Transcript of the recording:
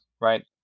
right